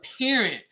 parent